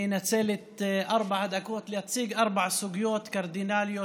אני אנצל את ארבע הדקות להציג ארבע סוגיות קרדינליות,